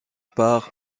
par